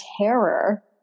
terror